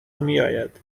میآید